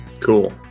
Cool